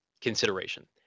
consideration